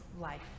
life